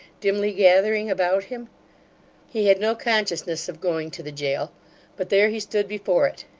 dimly gathering about him he had no consciousness of going to the jail but there he stood, before it.